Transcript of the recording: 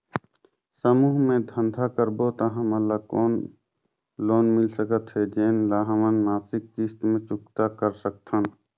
समूह मे धंधा करबो त हमन ल कौन लोन मिल सकत हे, जेन ल हमन मासिक किस्त मे चुकता कर सकथन?